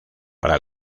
para